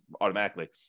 automatically